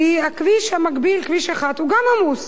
כי הכביש המקביל הוא גם עמוס.